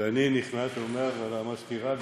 ואני נכנס ואומר למזכירה,